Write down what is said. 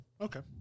Okay